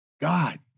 God